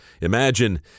Imagine